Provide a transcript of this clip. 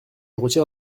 retire